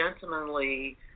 gentlemanly